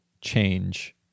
change